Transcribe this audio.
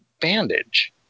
bandage